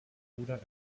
bruder